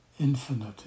infinite